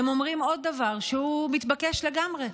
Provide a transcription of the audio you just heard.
הם אומרים עוד דבר, שהוא מתבקש לגמרי.